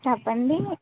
చెప్పండి